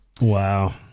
wow